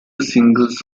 singles